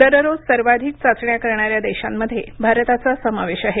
दररोज सर्वाधिक चाचण्या करणाऱ्या देशांमध्ये भारताचा समावेश आहे